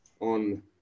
on